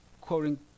quoting